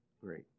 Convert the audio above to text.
great